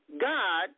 God